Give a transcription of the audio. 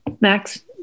Max